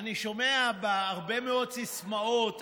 אני שומע הרבה מאוד סיסמאות,